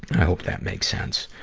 i hope that makes sense.